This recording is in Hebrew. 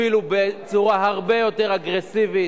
אפילו בצורה הרבה יותר אגרסיבית.